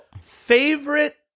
favorite